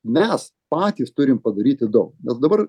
mes patys turim padaryti daug nes dabar